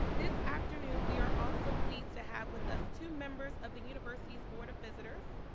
this afternoon, we are also pleased to have with us two members of the university's board of visitors,